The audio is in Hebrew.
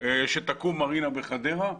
שתקום מרינה בחדרה,